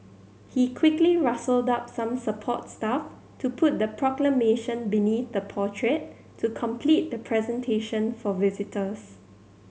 he quickly rustled up some support staff to put the Proclamation beneath the portrait to complete the presentation for visitors